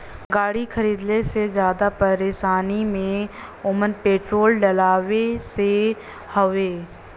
गाड़ी खरीदले से जादा परेशानी में ओमन पेट्रोल डलवावे से हउवे